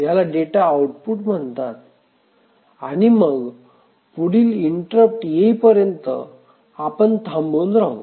ह्याला data output म्हणतात आणि मग पुढील इंटरप्ट येईपर्यंत आपण थांबून राहू